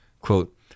Quote